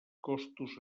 costos